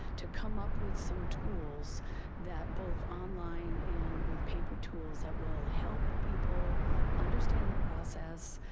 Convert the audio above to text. to come up with some tools that both online and with paper tools, that will help people understand the process,